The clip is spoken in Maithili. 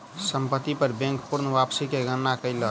संपत्ति पर बैंक पूर्ण वापसी के गणना कयलक